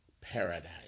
paradise